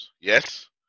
Yes